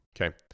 Okay